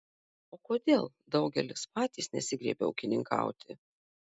o kodėl daugelis patys nesigriebia ūkininkauti